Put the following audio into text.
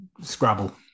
scrabble